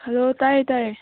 hello ꯇꯥꯏꯌꯦ ꯇꯥꯏꯌꯦ